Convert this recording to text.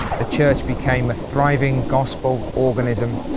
the church became a thriving gospel organism,